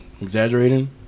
exaggerating